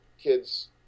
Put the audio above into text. kids